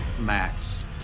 Max